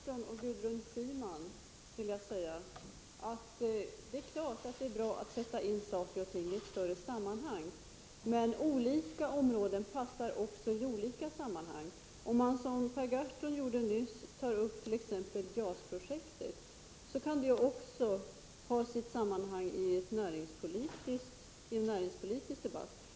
Fru talman! Det är klart, Per Gahrton och Gudrun Schyman, att det är bra att sätta in saker och ting i ett större sammanhang. Men olika områden passar också i olika sammanhang. En sådan sak som JAS-projektet, som Per Gahrton nyss tog upp, kan också ha sitt sammanhang i en näringspolitisk debatt.